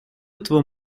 этого